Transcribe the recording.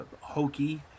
hokey